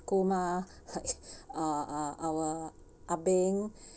gu ma uh our ah beng